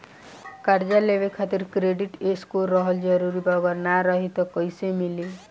कर्जा लेवे खातिर क्रेडिट स्कोर रहल जरूरी बा अगर ना रही त कैसे मिली?